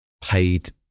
paid